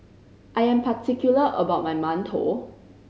I am particular about my mantou